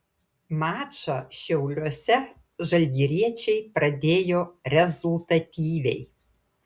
mačą šiauliuose žalgiriečiai pradėjo rezultatyviai